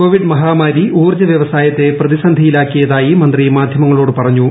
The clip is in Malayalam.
കോവിഡ് മഹാമാരി ഊർജ്ജ വ്യവസായത്തെ പ്രതിസന്ധിയിലാക്കിയതായി മന്ത്രി മാധ്യമങ്ങളോട് പറഞ്ഞു